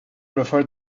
referred